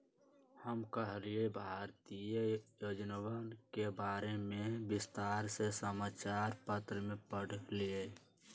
हम कल्लेह भारतीय योजनवन के बारे में विस्तार से समाचार पत्र में पढ़ लय